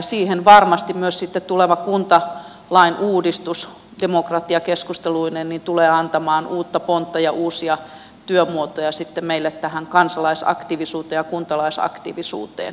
siihen varmasti myös tuleva kuntalain uudistus demokratiakeskusteluineen tulee antamaan uutta pontta ja uusia työmuotoja sitten meille tähän kansalaisaktiivisuuteen ja kuntalaisaktiivisuuteen